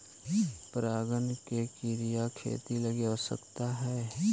परागण के क्रिया खेती लगी आवश्यक हइ